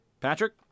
Patrick